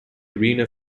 arena